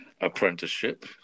apprenticeship